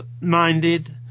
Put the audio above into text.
minded